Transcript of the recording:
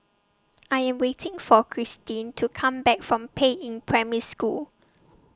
I Am waiting For Christin to Come Back from Peiying Primary School